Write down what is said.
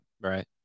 right